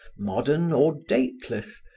modern or dateless,